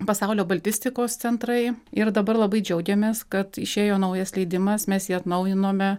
pasaulio baltistikos centrai ir dabar labai džiaugiamės kad išėjo naujas leidimas mes jį atnaujinome